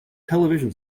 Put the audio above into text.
television